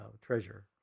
treasure